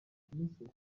wakurikiye